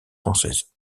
française